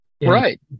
right